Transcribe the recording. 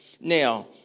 Now